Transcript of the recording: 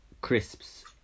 crisps